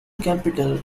capital